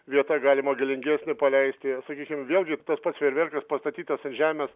vieta galima galingesnį paleisti sakykim vėlgi tas pats fejerverkas pastatytas ant žemės